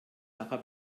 nachher